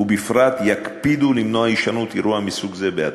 ובפרט יקפידו למנוע הישנות אירוע מסוג זה בעתיד.